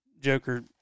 Joker